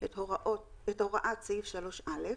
את הוראת סעיף 3 (א)